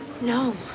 No